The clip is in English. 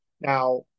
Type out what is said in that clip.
Now